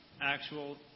actual